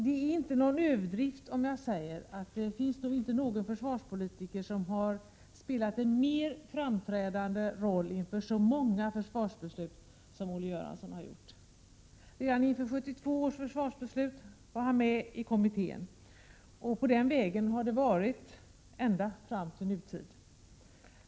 Det är inte någon överdrift om jag säger att det nog inte finns någon försvarspolitiker som har spelat en mer framträdande roll inför så många försvarsbeslut som Olle Göransson har gjort. Han deltog redan i den kommitté som arbetade inför 1972 års försvarsbeslut, och på den vägen har det varit ända fram till nu.